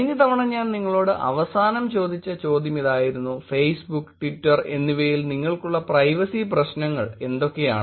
കഴിഞ്ഞ തവണ ഞാൻ നിങ്ങളോട് അവസാനം ചോദിച്ച ചോദ്യമിതായിരുന്നു ഫെയ്സ്ബുക്ക് ട്വിറ്റർ എന്നിവയിൽ നിങ്ങൾക്കുള്ള പ്രൈവസി പ്രശ്നങ്ങൾ എന്തൊക്കെയാണ്